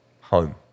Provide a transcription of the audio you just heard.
home